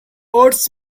words